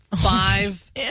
five